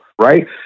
right